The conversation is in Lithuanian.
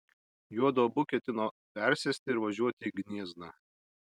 juodu abu ketino persėsti ir važiuoti į gniezną